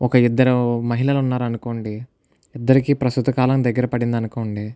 ఒక ఇద్దరు మహిళలు ఉన్నారనుకోండి ఇద్దరికి ప్రసూతి కాలం దగ్గర పడిందనుకోండి